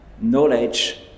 knowledge